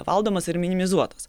valdomos ir minimizuotos